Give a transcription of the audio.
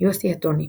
יוסי הטוני,